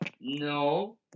No